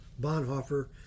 Bonhoeffer